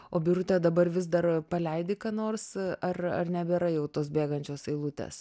o birute dabar vis dar paleidi ką nors ar ar nebėra jau tos bėgančios eilutės